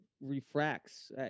refracts